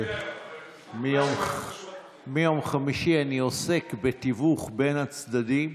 מיום חמישי אני עוסק בתיווך בין הצדדים,